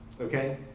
Okay